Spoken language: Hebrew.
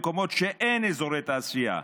במקומות שאין בהם אזורי תעשייה,